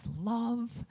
love